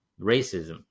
racism